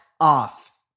off